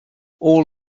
all